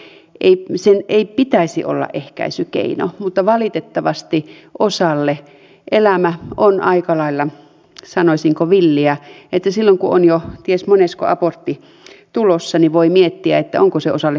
sen ei todellakaan pitäisi olla ehkäisykeino mutta valitettavasti osalle elämä on aika lailla sanoisinko villiä ja silloin kun on jo ties monesko abortti tulossa voi miettiä onko se osalle kuitenkin ehkäisykeino